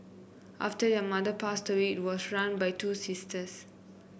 after their mother passed away was run by two sisters